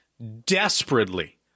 desperately